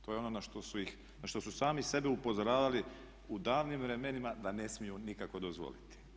To je ono na što su sami sebe upozoravali u davnim vremenima da ne smiju nikako dozvoliti.